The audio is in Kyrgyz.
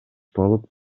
болуп